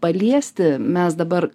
paliesti mes dabar